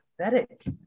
pathetic